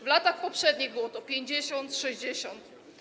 W latach poprzednich było to 50, 60.